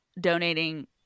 donating